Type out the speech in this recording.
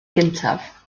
gyntaf